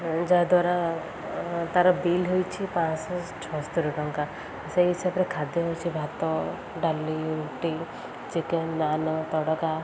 ଯାହାଦ୍ୱାରା ତାର ବିଲ୍ ହୋଇଛି ପାଁଶହ ଛଅସ୍ତରୀ ଟଙ୍କା ସେଇ ହିସାବରେ ଖାଦ୍ୟ ହେଉଛି ଭାତ ଡାଲି ରୁଟି ଚିକେନ ନାନ ତଡ଼କା